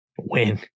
Win